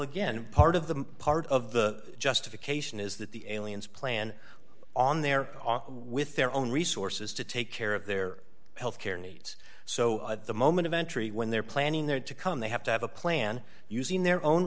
again part of the part of the justification is that the aliens plan on their own with their own resources to take care of their healthcare needs so at the moment of entry when they're planning their to come they have to have a plan using their own